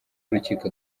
w’urukiko